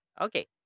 Okay